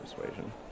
Persuasion